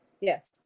Yes